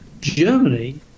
Germany